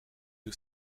you